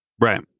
Right